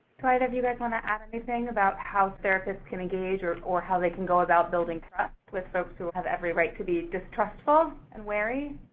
of you guys wanna add anything about how therapists can engage or or how they can go about building trust with folks who have every right to be distrustful and wary?